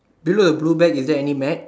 you look at the blue bag is there any mat